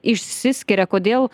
išsiskiria kodėl